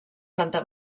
planta